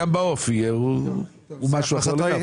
הוא משהו אחר לגמרי.